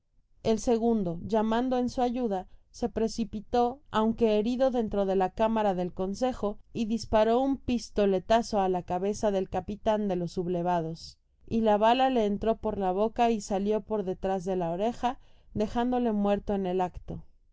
el segundo llamando en su ayuda se precipitó aunque herido dentro de la cámara del consejo y disparó un pistoletazo á la cabeza del capitan de los sublevados la bala le entró por la boca y salió por detrás de la oreja dejándole muerto en el acto